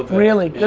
really? good